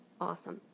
awesome